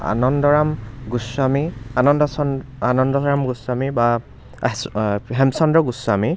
আনন্দৰাম গোস্বামী আনন্দচন আনন্দৰাম গোস্বামী বা হেমচন্দ্ৰ গোস্বামী